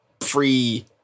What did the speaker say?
free